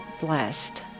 blessed